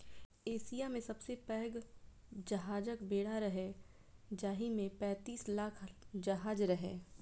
Asia मे सबसं पैघ जहाजक बेड़ा रहै, जाहि मे पैंतीस लाख जहाज रहै